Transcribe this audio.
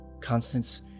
Constance